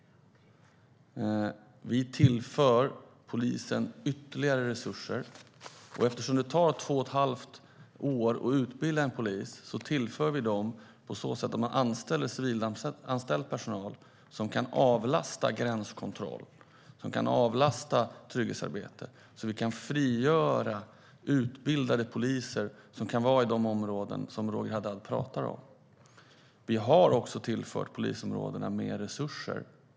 Vi tillför polisen ytterligare resurser. Eftersom det tar två och ett halvt år att utbilda en polis tillför vi dem resurser på så sätt att man anställer civilanställd personal som kan avlasta gränskontroll och trygghetsarbete. På så sätt kan vi frigöra utbildade poliser som kan vara i de områden som Roger Haddad talar om. Vi har också tillfört polisområdena mer resurser.